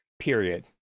period